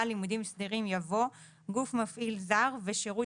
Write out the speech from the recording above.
"לימודים סדירים" יבוא: "גוף מפעיל זר" ו"שירות